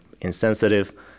insensitive